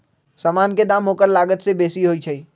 समान के दाम ओकर लागत से बेशी होइ छइ